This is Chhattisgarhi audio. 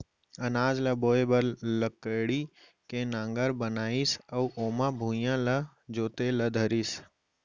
अनाज ल बोए बर लकड़ी के नांगर बनाइस अउ ओमा भुइयॉं ल जोते ल धरिस